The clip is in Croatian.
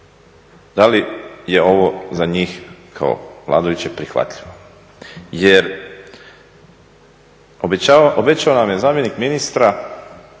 da li je ovo za njih kao vladajuće prihvatljvo. Jer obećao nam je zamjenik ministra